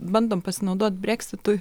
bandom pasinaudot breksitu